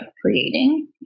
creating